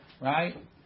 right